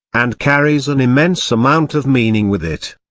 and carries an immense amount of meaning with it.